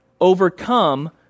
overcome